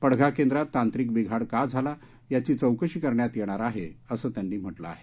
पडघा केंद्रात तांत्रिक बिघाड का झाला याची चौकशी करण्यात येणार आहे असं त्यांनी म्हटलं आहे